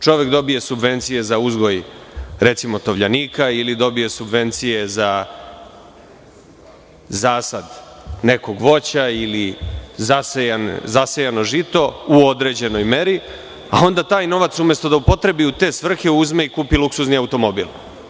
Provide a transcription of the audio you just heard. Čovek dobije subvencije za uzgoj, recimo, tovljenika ili dobije subvencije za zasad nekog voća ili zasejano žito u određenoj meri, a onda taj novac, umesto da upotrebi u te svrhe, uzme i kupi luksuzni automobil.